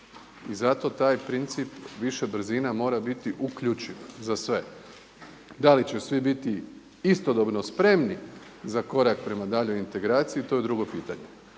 I zato taj princip više brzina mora biti uključiv za sve. Da li će svi biti istodobno spremni za korak prema daljoj integraciji to je drugo pitanje.